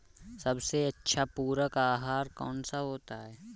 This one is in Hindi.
सबसे अच्छा पूरक आहार कौन सा होता है?